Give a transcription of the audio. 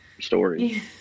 stories